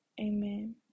Amen